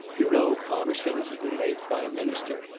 you know palmerston has been made prime minister.